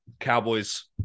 Cowboys